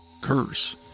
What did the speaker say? curse